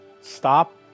stop